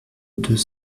deux